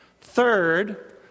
Third